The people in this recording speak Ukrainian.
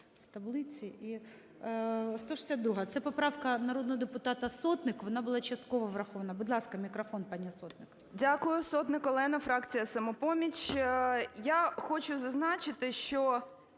в таблиці. 162-а – це поправка народного депутата Сотник, вона була частково врахована. Будь ласка, мікрофон пані Сотник. 13:48:37 СОТНИК О.С. Дякую. Сотник Олена, фракція "Самопоміч". Я хочу зазначити, що,